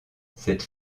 cette